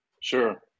Sure